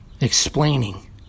Explaining